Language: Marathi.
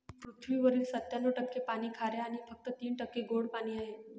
पृथ्वीवरील सत्त्याण्णव टक्के पाणी खारे आणि फक्त तीन टक्के गोडे पाणी आहे